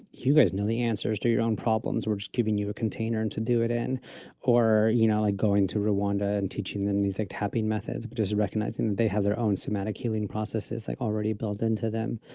you guys know, the answers to your own problems, we're just giving you a container and to do it in or, you know, like going to rwanda and teaching them these, like tapping methods, but just recognizing that they have their own somatic healing processes, like already built into them.